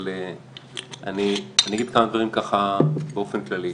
אבל אני אגיד כמה דברים באופן כללי.